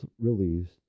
released